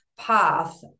path